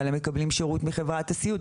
אבל הם מקבלים שירות מחברת הסיעוד,